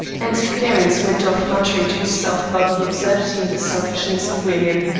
and clarence went off muttering to himself about the absurdity and the selfishness of women.